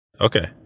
Okay